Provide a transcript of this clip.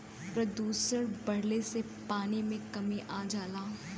प्रदुषण बढ़ले से पानी में कमी आ जाला